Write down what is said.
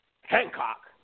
Hancock